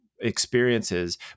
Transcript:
experiences